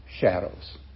shadows